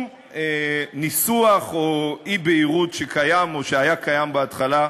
ניסוח או אי-בהירות שהיו או שהיו בהתחלה,